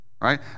right